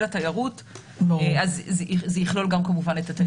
התיירות אז זה יכלול גם כמובן את התיירים.